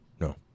No